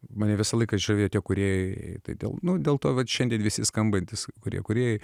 mane visą laiką žavėjo tie kūrėjai tai delnu dėl to vat šiandien visi skambantys kurie kūrėjai